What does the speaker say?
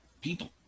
people